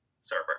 server